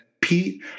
Pete